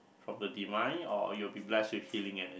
from the divine or you will blessed with healing energy